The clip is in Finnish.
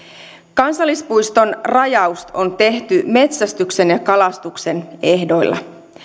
kansallispuiston rajaus on tehty metsästyksen ja kalastuksen ehdoilla